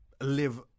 live